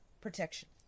protection